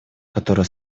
который